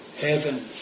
heaven